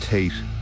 Tate